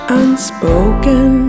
unspoken